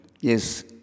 Yes